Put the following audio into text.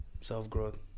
self-growth